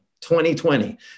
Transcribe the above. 2020